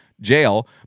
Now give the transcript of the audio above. jail